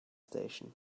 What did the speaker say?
station